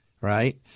right